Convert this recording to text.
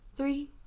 Three